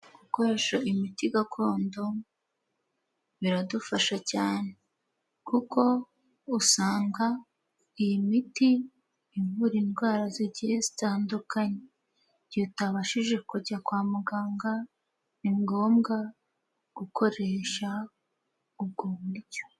Gukoresha imiti gakondo biradufasha cyane kuko usanga iyi miti ivura indwara zigiye zitandukanye, igihe utabashije kujya kwa muganga ni ngombwa gukoresha ubwo buryo.